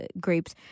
grapes